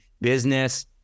business